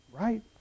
right